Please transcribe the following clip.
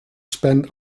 spend